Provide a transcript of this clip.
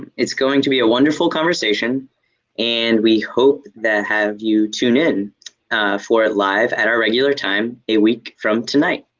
it's going to be a wonderful conversation and we hope to have you tuned in for it live at our regular time a week from tonight.